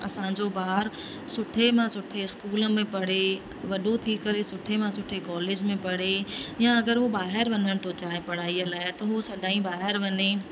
असांजो ॿार सुठे मां सुठे स्कूल में पढ़े वॾो थी करे सुठे मां सुठे कॉलेज में पढ़े या अगरि हो ॿाहिरि वञणु थो चाहे पढ़ाईअ लाइ त हू सदाईं ॿाहिरि वञे